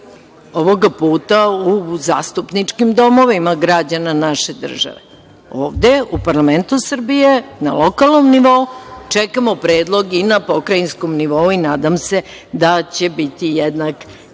ovog puta u zastupničkim domovima građana naše države, ovde u parlamentu Srbije, na lokalnom nivou, čekamo predlog i na pokrajinskom nivou i nadam se da će biti jednak